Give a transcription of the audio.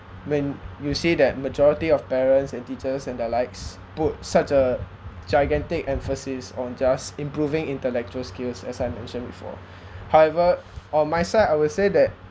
when you say that majority of parents teachers and the likes put such a gigantic emphasis on just improving intellectual skills as I mentioned before however on my side I would say that